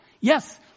Yes